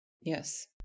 Yes